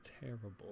terrible